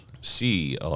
see